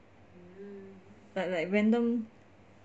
like like random